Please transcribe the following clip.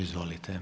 Izvolite.